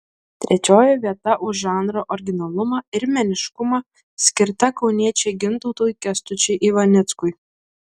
trečioji vieta už žanro originalumą ir meniškumą skirta kauniečiui gintautui kęstučiui ivanickui